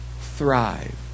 Thrive